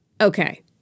Okay